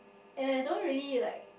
and I don't really like